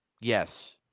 Yes